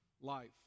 life